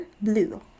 blue